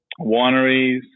wineries